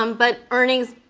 um but earnings,